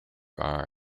are